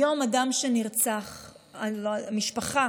היום, אדם שנרצח, משפחה